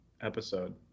episode